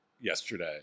yesterday